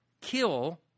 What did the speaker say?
kill